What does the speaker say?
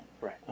Right